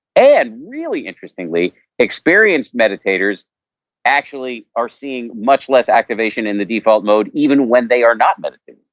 and really interestingly experience meditators actually are seeing much less activation in the default mode even when they are not meditating.